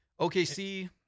OKC